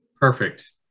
Perfect